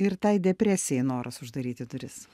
ir tai depresijai noras uždaryti duris